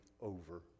over